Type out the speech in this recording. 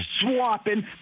swapping